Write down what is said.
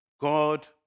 God